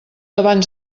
abans